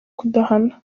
kudahana